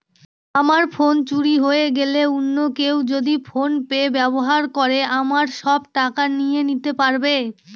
আমার ফোন চুরি হয়ে গেলে অন্য কেউ কি ফোন পে ব্যবহার করে আমার সব টাকা নিয়ে নিতে পারবে?